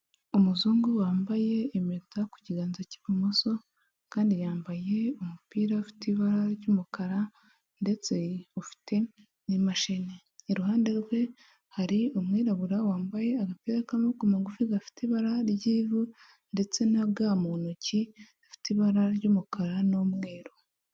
Umuzungu wambaye impeta ku kiganza k'ibumoso kandi yambaye umupira ufite ibara ry'umukara ndetse ufite n'imashini. Iruhande rwe hari umwirabura wambaye agapira k'amaboko magufi gafite ibara ry'ivu ndetse na ga mu ntoki zifite ibara ry'umukara n'umweru.